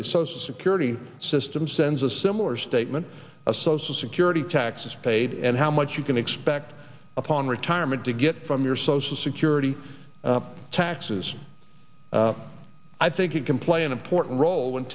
it's so security system sends a similar statement a social security taxes paid and how much you can expect upon retirement to get from your social security taxes i think it can play an important role